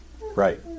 Right